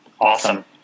Awesome